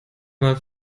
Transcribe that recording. mal